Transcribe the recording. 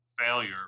failure